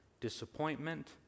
disappointment